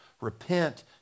repent